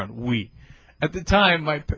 and we at that time i but